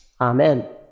amen